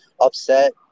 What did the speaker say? upset